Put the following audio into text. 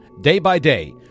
day-by-day